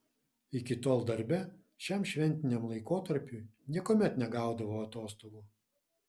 iki tol darbe šiam šventiniam laikotarpiui niekuomet negaudavo atostogų